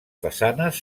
façanes